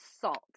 salt